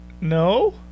no